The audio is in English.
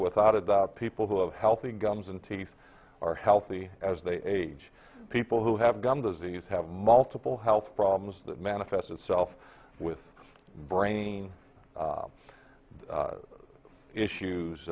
without a doubt people who have healthy gums and teeth are healthy as they age people who have gum disease have multiple health problems that manifest itself with brain